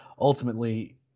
ultimately